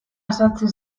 azaltzen